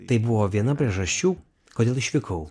tai buvo viena priežasčių kodėl išvykau